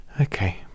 Okay